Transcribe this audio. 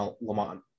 Lamont